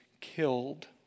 killed